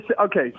okay